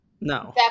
No